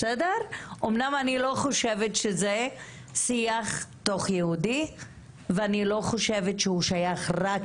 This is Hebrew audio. אמנם אני לא חושבת שזה שיח תוך-יהודי ואני לא חושבת שהוא שייך רק